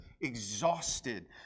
exhausted